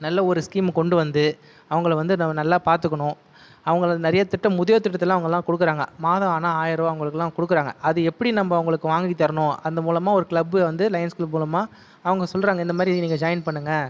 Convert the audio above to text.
நல்ல ஒரு ஸ்கீம் கொண்டு வந்து அவங்களை வந்து நல்லா பார்த்துக்கணும் அவங்களை நிறைய திட்டம் முதியோர் திட்டத்தலாம் அவங்களாம் கொடுக்கறாங்க மாதம் ஆனால் ஆயிரம் ரூபாய் அவங்களுக்கெலாம் கொடுக்கறாங்க அது எப்படி நம்ம அவங்களுக்கு வாங்கி தரணும் அது மூலமாக ஒரு கிளப் வந்து லைன்ஸ் கிளப் மூலமாக அவங்க சொல்கிறாங்க இந்த மாதிரி நீங்கள் ஜாயின் பண்ணுங்கள்